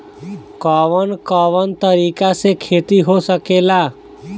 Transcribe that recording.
कवन कवन तरीका से खेती हो सकेला